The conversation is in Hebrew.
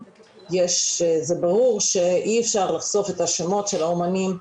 זה ברור שאי אפשר לחשוף את השמות של האומנים.